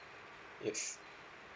yes